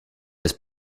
this